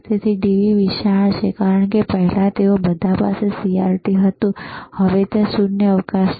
તેથી ટીવી વિશાળ છે કારણ કે પહેલા તેઓ બધા પાસે CRT હતું હવે ત્યાં શૂન્યાવકાશ છે